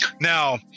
Now